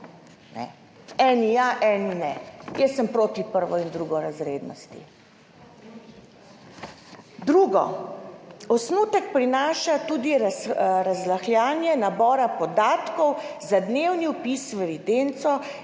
Eni ja, eni ne. Jaz sem proti prvo- in drugorazrednosti. Drugo, osnutek prinaša tudi razrahljanje nabora podatkov za dnevni vpis v evidenco